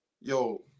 Yo